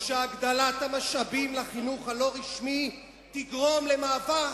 שהגדלת המשאבים לחינוך הלא-רשמי תגרום למעבר